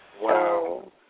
Wow